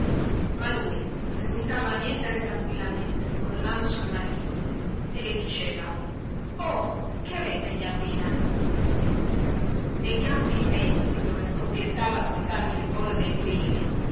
ma colui seguitava a mietere tranquillamente col naso sui manipoli e le diceva o che avete gnà pina nei campi immensi dove scoppiettava soltanto il volo dei grilli